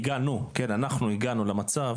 אנחנו הגענו למצב